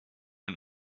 and